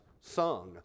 sung